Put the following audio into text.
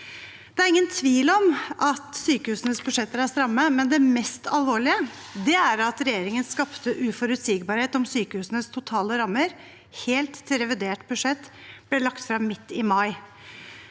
Det er ingen tvil om at sykehusenes budsjetter er stramme, men det mest alvorlige er at regjeringen skapte uforutsigbarhet om sykehusenes totale rammer helt til revidert budsjett ble lagt frem midt i mai.